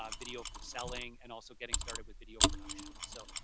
um video for selling, and also getting started with video production. so,